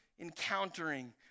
Encountering